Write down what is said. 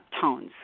tones